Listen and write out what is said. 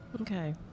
Okay